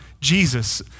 Jesus